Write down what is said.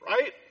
right